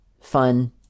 fun